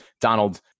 Donald